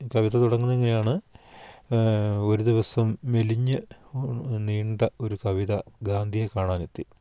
കവിത തുടങ്ങുന്നത് ഇങ്ങനെയാണ് ഒരു ദിവസം മെലിഞ്ഞു നീണ്ട ഒരു കവിത ഗാന്ധിയെ കാണാൻ എത്തി